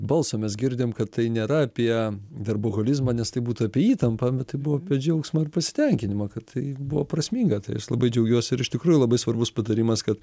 balsą mes girdim kad tai nėra apie darboholizmą nes tai būtų apie įtampą bet tai buvo apie džiaugsmą ir pasitenkinimą kad tai buvo prasminga tai aš labai džiaugiuosi ir iš tikrųjų labai svarbus patarimas kad